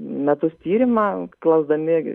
metus tyrimą klausdami